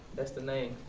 that's the name.